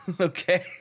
Okay